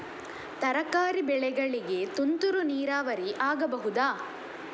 ತರಕಾರಿ ಬೆಳೆಗಳಿಗೆ ತುಂತುರು ನೀರಾವರಿ ಆಗಬಹುದಾ?